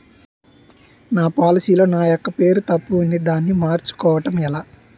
నా పోలసీ లో నా యెక్క పేరు తప్పు ఉంది దానిని మార్చు కోవటం ఎలా?